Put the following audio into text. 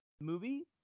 movie